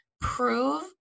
prove